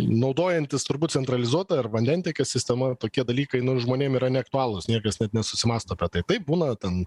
naudojantis turbūt centralizuota ar vandentiekio sistema tokie dalykai nu žmonėm yra neaktualūs niekas net nesusimąsto apie tai taip būna ten